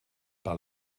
par